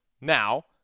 Now